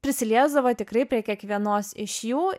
prisiliesdavo tikrai prie kiekvienos iš jų